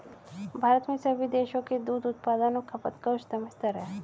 भारत में सभी देशों के दूध उत्पादन और खपत का उच्चतम स्तर है